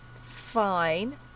fine